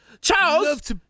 Charles